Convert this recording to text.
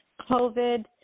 COVID